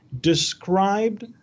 described